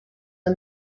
are